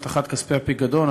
הבטחת כספי הפיקדון),